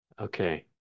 Okay